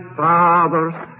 father's